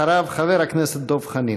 אחריו, חבר הכנסת דב חנין.